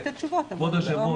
כבוד היושב ראש,